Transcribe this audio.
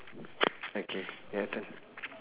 okay your turn